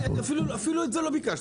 אפילו את זה לא ביקשתי.